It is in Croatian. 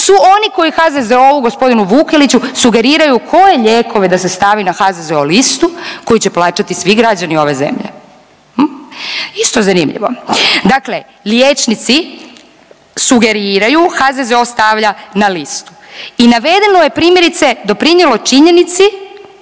su oni koji HZZO-u gospodinu Vukeliću sugeriraju koje lijekove da se stavi na HZZO listu koju će plaćati svih građani ove zemlje. Isto zanimljivo. Dakle, liječnici sugeriraju, HZZO stavlja na listu. I navedeno je primjerice doprinijelo činjenici